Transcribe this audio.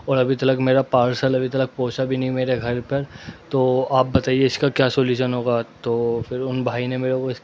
اور ابھی تلک میرا پارسل ابھی تلک پہنچا بھی نہیں میرے گھر پر تو آپ بتائیے اس کا سولیوشن ہوگا تو پھر ان بھائی نے میرے کو